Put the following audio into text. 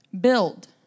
build